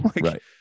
Right